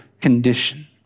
condition